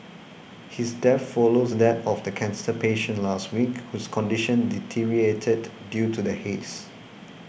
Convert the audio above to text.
his death follows that of the cancer patient last week whose condition deteriorated due to the haze